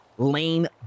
Lane